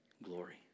Glory